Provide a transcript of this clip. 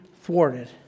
thwarted